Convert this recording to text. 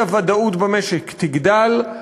האי-ודאות במשק תגדל,